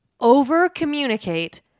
Over-communicate